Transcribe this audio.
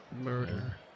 Murder